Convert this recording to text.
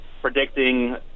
predicting –